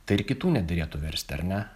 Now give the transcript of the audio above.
tai ir kitų nederėtų versti ar ne